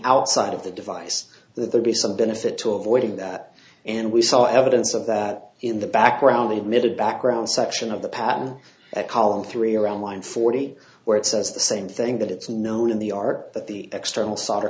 outside of the device that there'd be some benefit to avoiding that and we saw evidence of that in the background the admitted background section of the patent at column three around line forty where it says the same thing that it's known in the art that the external solder